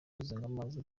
ruzigamanzi